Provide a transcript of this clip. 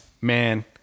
man